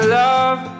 love